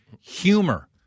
humor